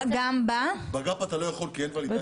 ב-GAP אתה לא יכול כי אין ולידציית ניקיון.